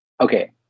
okay